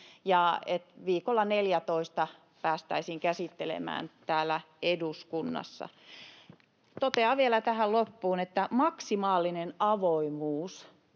viikolla 14 tätä päästäisiin käsittelemään täällä eduskunnassa. Totean vielä tähän loppuun, että maksimaalinen avoimuus,